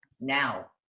now